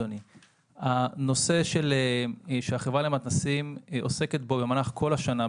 הנושא שהחברה למתנס"ים עוסקת בו במהלך כל השנה,